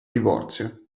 divorzio